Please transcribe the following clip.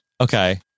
okay